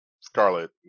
Scarlet